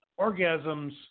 orgasms